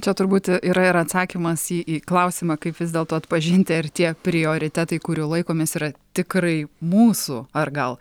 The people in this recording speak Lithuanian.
čia turbūt yra ir atsakymas į į klausimą kaip vis dėlto atpažinti ar tie prioritetai kurių laikomės yra tikrai mūsų ar gal